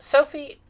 Sophie